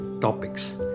topics